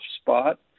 spot